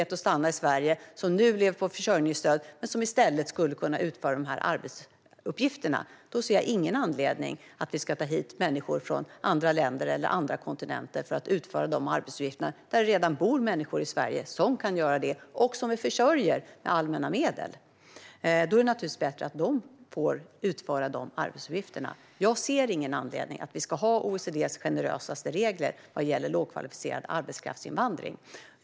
Det kan vara fråga om nyanlända som har fått asyl och möjlighet att stanna i Sverige men som nu lever på försörjningsstöd. Jag ser ingen anledning att vi skulle ta hit människor från andra länder eller andra kontinenter för att utföra de arbetsuppgifterna när det redan bor människor i Sverige som kan göra det och som vi försörjer med allmänna medel. Då är det naturligtvis bättre att de får utföra de arbetsuppgifterna. Jag ser ingen anledning att vi ska ha OECD:s generösaste regler vad gäller lågkvalificerad arbetskraftsinvandring.